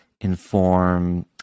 inform